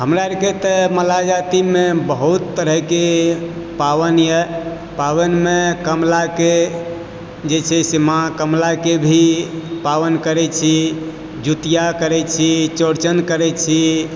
हमरा आरके तऽ मल्लाह जातिमे बहुत तरहकेँ पाबनि यऽ पाबनिमे कमलाके जे छै से माँ कमलाकेँ भी पाबनि करैत छी जीतिआ करैत छी चौरचन करैत छी